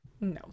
no